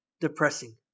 Depressing